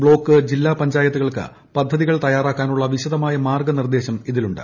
block ജില്ലാ പഞ്ചായത്തുകൾക്ക് പദ്ധതികൾ തൃ്യാറാക്കാനുള്ള വിശദമായ മാർഗ്ഗനിർദ്ദേശം ഇതിലുണ്ട്